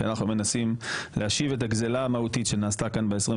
אנחנו מנסים להשיב את הגזלה המהותית שנעשתה כאן ב-27